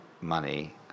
money